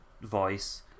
voice